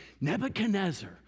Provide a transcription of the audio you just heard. Nebuchadnezzar